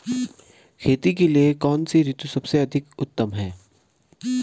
खेती के लिए कौन सी ऋतु सबसे उत्तम है?